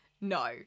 no